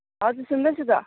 hello हजुर हजुर सुन्दैछु त